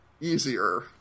easier